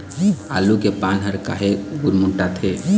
आलू के पान हर काहे गुरमुटाथे?